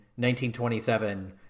1927